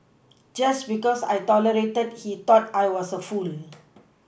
just because I tolerated he thought I was a fool